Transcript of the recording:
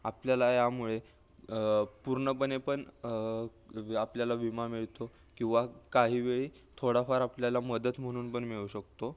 आपल्याला यामुळे पूर्णपणे पण आपल्याला विमा मिळतो किंवा काही वेळी थोडाफार आपल्याला मदत म्हणून पण मिळू शकतो